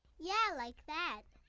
yeah, like that.